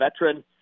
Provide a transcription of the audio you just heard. veteran